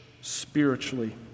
spiritually